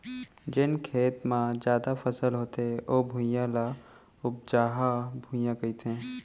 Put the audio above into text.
जेन खेत म जादा फसल होथे ओ भुइयां, ल उपजहा भुइयां कथें